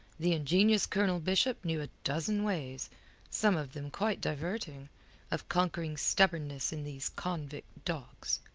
the ingenious colonel bishop knew a dozen ways some of them quite diverting of conquering stubbornness in these convict dogs.